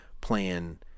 playing